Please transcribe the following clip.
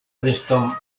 preston